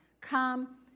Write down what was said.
come